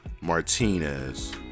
Martinez